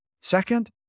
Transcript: Second